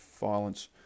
Violence